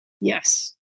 Yes